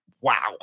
wow